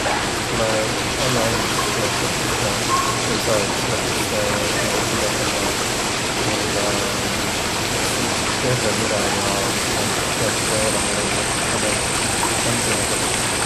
Kuulõq, annaq andis! Et ma ei saaq iks lõpus sinoga kinno tullaq, et mul om üts perremurõq ja ma piät olõma eemal. Annaq andis! Läämiq tõnõkõrd!